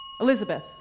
Elizabeth